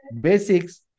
basics